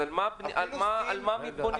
אז על מה מתבוננים פה?